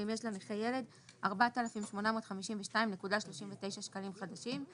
ואם יש לנכה ילד 4,852.39 שקלים חדשים,